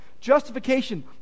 Justification